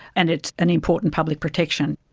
and it's an important public protection.